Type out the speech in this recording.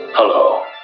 Hello